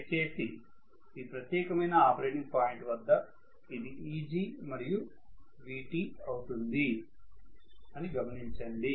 దయచేసి ఈ ప్రత్యేకమైన ఆపరేటింగ్ పాయింట్ వద్ద ఇది Egమరియు Vt అవుతుంది అని గమనించండి